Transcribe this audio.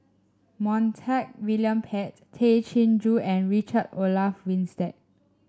Montague William Pett Tay Chin Joo and Richard Olaf Winstedt